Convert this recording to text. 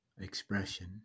expression